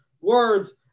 words